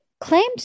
claimed